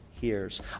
hears